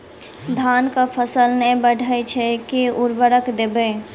धान कऽ फसल नै बढ़य छै केँ उर्वरक देबै?